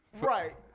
Right